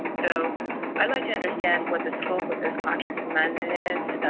and so i'd like to understand what the scope of this contract amendment is.